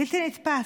בלתי נתפס.